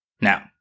Now